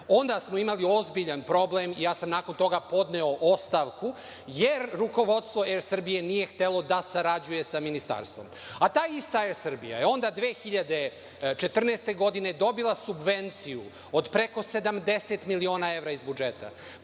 onda smo imali ozbiljan problem i ja sam nakon toga podneo ostavku, jer rukovodstvo „Er Srbije“ nije htelo da sarađuje sa Ministarstvom. Ta ista „Er Srbija“ je onda 2014. godine dobila subvenciju od preko 70 miliona evra iz budžeta,